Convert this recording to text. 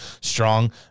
Strong